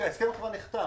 ההסכם בחברה נחתם,